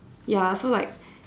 ya so like